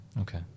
Okay